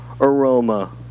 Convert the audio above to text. aroma